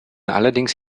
allerdings